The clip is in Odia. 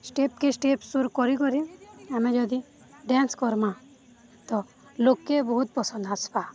ଷ୍ଟେପ୍କେ ଷ୍ଟେପ୍ ସ୍ୱର କରି କରି ଆମେ ଯଦି ଡ୍ୟାନ୍ସ କର୍ମା ତ ଲୋକକେ ବହୁତ ପସନ୍ଦ ଆାସବା